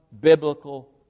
biblical